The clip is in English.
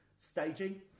Staging